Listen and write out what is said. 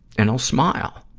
and i'll smile,